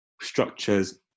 structures